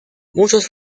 muchos